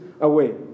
away